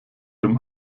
dem